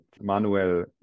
Manuel